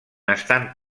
estan